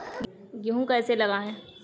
गेहूँ कैसे लगाएँ?